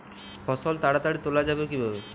ফসল তাড়াতাড়ি তোলা যাবে কিভাবে?